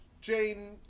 Jane